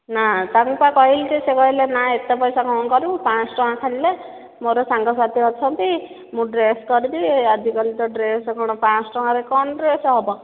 ନା ତା'ପରେ ପରା କହିଲି ଯେ ସେ କହିଲେ ଏତେ ପଇସା କ'ଣ କରିବୁ ପାଞ୍ଚଶହ ଟଙ୍କା ଖାଲି ନେ ମୋର ସାଙ୍ଗ ସାଥୀ ଅଛନ୍ତି ମୁଁ ଡ୍ରେସ୍ କରିବି ଆଜି କାଲି ତ ଡ୍ରେସ୍ କ'ଣ ପାଞ୍ଚଶହ ଟଙ୍କାରେ କ'ଣ ହେବ